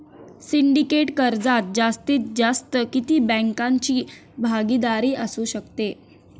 Syndicate कर्जात जास्तीत जास्त किती बँकांची भागीदारी असू शकते?